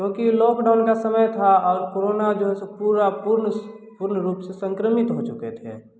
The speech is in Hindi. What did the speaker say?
क्योंकि लॉकडाउन का समय था और कोरोना जो है सो पूरा पूर्ण रुप से संक्रमित हो चुके थे